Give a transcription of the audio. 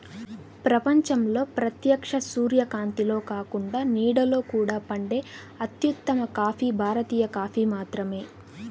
ప్రపంచంలో ప్రత్యక్ష సూర్యకాంతిలో కాకుండా నీడలో కూడా పండే అత్యుత్తమ కాఫీ భారతీయ కాఫీ మాత్రమే